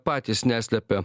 patys neslepia